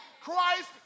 Christ